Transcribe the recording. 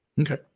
Okay